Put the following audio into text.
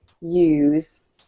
use